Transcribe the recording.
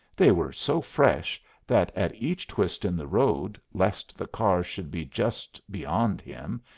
they were so fresh that at each twist in the road, lest the car should be just beyond him,